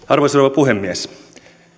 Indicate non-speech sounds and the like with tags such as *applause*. *unintelligible* arvoisa rouva puhemies